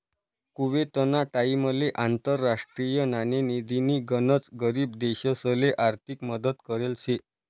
कुवेतना टाइमले आंतरराष्ट्रीय नाणेनिधीनी गनच गरीब देशसले आर्थिक मदत करेल शे